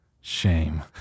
shame